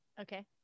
okay